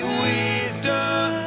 wisdom